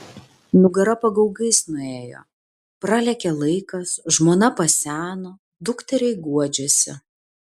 nugara pagaugais nuėjo pralėkė laikas žmona paseno dukteriai guodžiasi